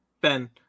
Ben